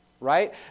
right